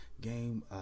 game